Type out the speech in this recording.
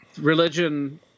religion